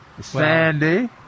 Sandy